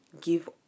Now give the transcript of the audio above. give